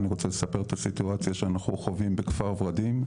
אני רוצה לספר את הסיטואציה שאנחנו חווים בכפר ורדים.